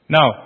Now